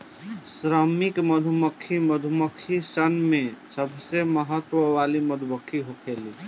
श्रमिक मधुमक्खी मधुमक्खी सन में सबसे महत्व वाली मधुमक्खी होखेले